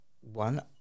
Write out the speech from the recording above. one